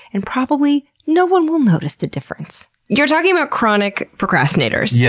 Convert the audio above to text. and probably, no-one will notice the difference! you're talking about chronic procrastinators, yeah